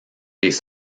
des